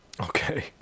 Okay